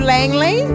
Langley